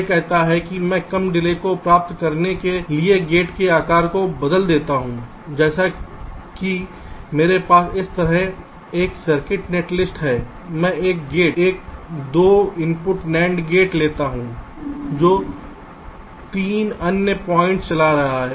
यह कहता है कि मैं कम डिले को प्राप्त करने के लिए गेट के आकार को बदल देता हूं जैसे कि मेरे पास इस तरह एक सर्किट नेटलिस्ट है मैं एक गेट एक 2 इनपुट NAND गेट लेता हूं जो 3 अन्य पॉइंट चला रहा है